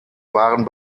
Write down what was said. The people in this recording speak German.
waren